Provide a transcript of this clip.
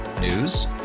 News